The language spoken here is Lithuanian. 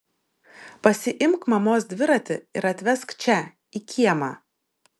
pasiimk mamos dviratį ir atvesk čia į kiemą